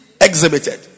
exhibited